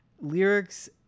lyrics